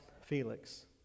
Felix